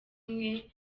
mwe